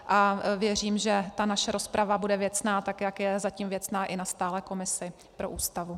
A věřím, že ta naše rozprava bude věcná, tak jak je zatím věcná i na stálé komisi pro Ústavu.